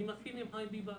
אני מסכים עם חיים ביבס